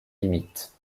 limites